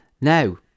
Now